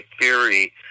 theory